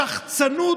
שחצנות.